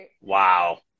Wow